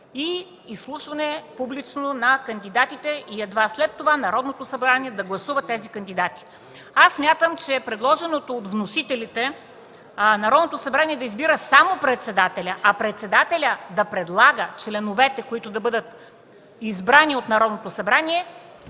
изслушване на кандидатите и едва след това Народното събрание да ги гласува. Смятам, че предложеното от вносителите – Народното събрание да избира само председателя, а председателят да предлага членовете, които да бъдат избрани от Народното събрание,